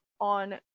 on